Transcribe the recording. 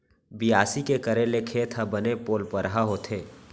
बियासी के करे ले खेत ह बने पोलपरहा होथे